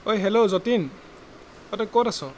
ঐ হেল্ল' যতীন অ' তই ক'ত আছ